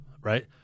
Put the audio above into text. right